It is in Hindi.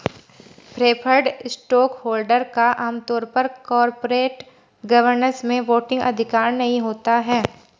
प्रेफर्ड स्टॉकहोल्डर का आम तौर पर कॉरपोरेट गवर्नेंस में वोटिंग अधिकार नहीं होता है